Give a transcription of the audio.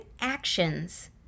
actions